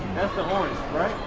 the orange right?